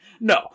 No